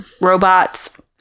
Robots